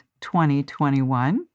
2021